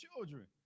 children